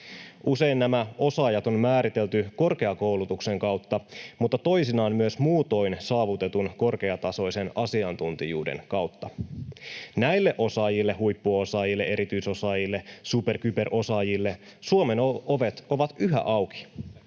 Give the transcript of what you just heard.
Usein nämä osaajat on määritelty korkeakoulutuksen kautta mutta toisinaan myös muutoin saavutetun korkeatasoisen asiantuntijuuden kautta. Näille osaajille — huippuosaajille, erityisosaajille, superkyberosaajille — Suomen ovet ovat yhä auki